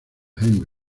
heinrich